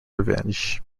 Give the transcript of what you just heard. revenge